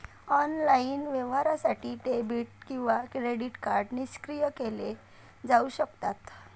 online व्यवहारासाठी debit किंवा credit card निष्क्रिय केले जाऊ शकतात